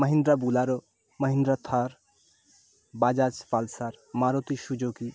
Mahindra Bolero Mahindra Thar Bajaj Pulsar Maruti Suzuki